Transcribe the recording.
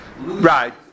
Right